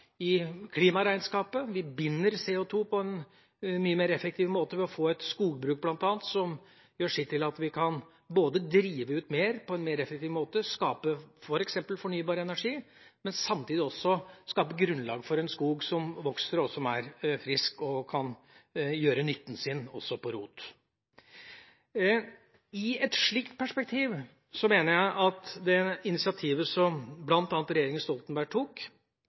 i klimaregnskapet. Vi binder CO2på en mye mer effektiv måte ved bl.a. å få et skogbruk som gjør sitt til at vi kan drive ut mer på en mer effektiv måte, skape f.eks. fornybar energi og samtidig skape grunnlaget for en skog som vokser, og som er frisk og kan gjøre nytten sin – også på rot. I et slikt perspektiv mener jeg det initiativet som bl.a. regjeringen Stoltenberg tok,